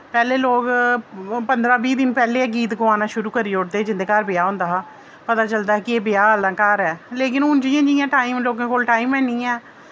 पैह्लें लोक पंदरां बीह् दिन पैह्ले गै गीत गोआना शुरू करी ओड़दे जिं'दे घर ब्याह होंदा हा पता चलदा हा कि एह् ब्याह आह्ला घर ऐ लेकिन हून जि'यां जि'यां टाइम लोकें कोल टाइम है निं ऐ